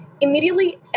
immediately